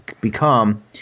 become